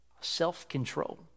self-control